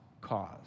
cause